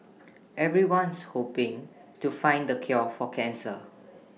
everyone's hoping to find the cure for cancer